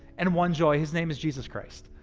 and one joy. his name is jesus christ.